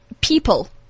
people